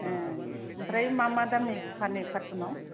ए ओमफ्राय मा मा दामनि फानो कारटुनाव